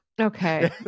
Okay